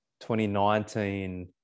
2019